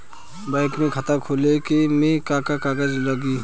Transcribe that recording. Bank में खाता खोले मे का का कागज लागी?